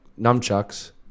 nunchucks